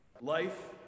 life